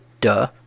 duh